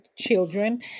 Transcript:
children